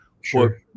Sure